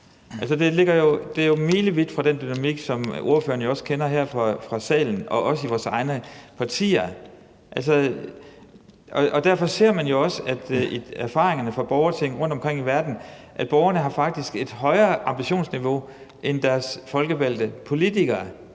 Det er jo milevidt fra den dynamik, som ordføreren kender her fra salen og også i vores egne partier. Derfor ser man jo også af erfaringerne fra borgerting rundtomkring i verden, at borgerne faktisk har et højere ambitionsniveau end deres folkevalgte politikere.